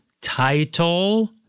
Title